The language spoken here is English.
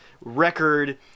record